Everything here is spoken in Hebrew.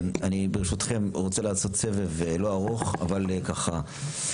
אני, ברשותכם, רוצה לעשות סבב לא ארוך, אבל ככה.